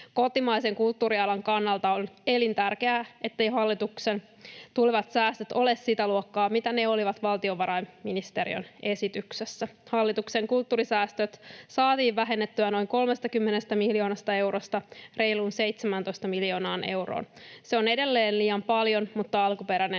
Kotimaisen kulttuurialan kannalta on elintärkeää, etteivät hallituksen tulevat säästöt ole sitä luokkaa, mitä ne olivat valtiovarainministeriön esityksessä. Hallituksen kulttuurisäästöt saatiin vähennettyä noin 30 miljoonasta eurosta reiluun 17 miljoonaan euroon. Se on edelleen liian paljon, mutta alkuperäinen